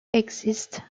exist